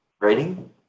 writing